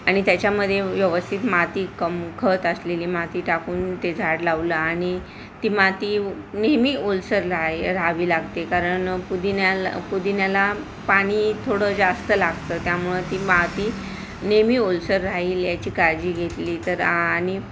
आणि त्याच्यामध्ये व्यवस्थित माती कम खत असलेली माती टाकून ते झाड लावलं आणि ती माती नेहमी ओलसर राहा राहावी लागते कारण पुदिन्याला पुदिन्याला पाणी थोडं जास्त लागतं त्यामुळं ती माती नेहमी ओलसर राहिल याची काळजी घेतली तर आणि